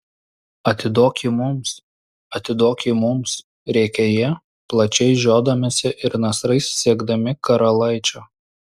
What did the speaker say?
atiduok jį mums atiduok jį mums rėkė jie plačiai žiodamiesi ir nasrais siekdami karalaičio